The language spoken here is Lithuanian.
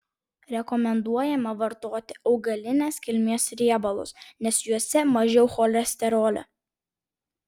rekomenduojama vartoti augalinės kilmės riebalus nes juose mažiau cholesterolio